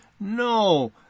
no